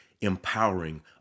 empowering